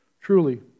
Truly